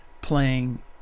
playing